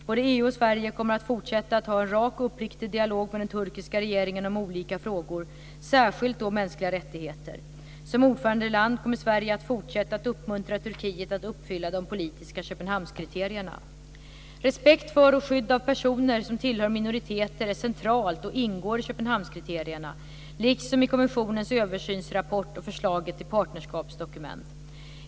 Både EU och Sverige kommer att fortsätta ha en rak och uppriktig dialog med den turkiska regeringen om olika frågor, särskilt då mänskliga rättigheter. Som ordförandeland kommer Sverige att fortsätta att uppmuntra Turkiet att uppfylla de politiska Köpenhamnskriterierna. Respekt för och skydd av personer som tillhör minoriteter är centralt och ingår i Köpenhamnskriterierna, liksom i EU-kommissionens översynsrapport och förslaget till partnerskapsdokument.